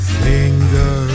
finger